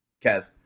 Kev